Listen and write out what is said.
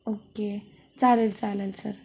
okay चालेल चालेल sir